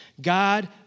God